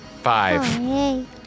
Five